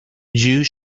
you